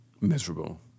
Miserable